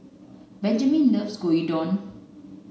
Benjaman loves Gyudon